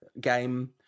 game